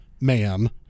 ma'am